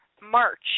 March